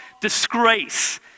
disgrace